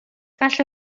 gall